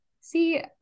See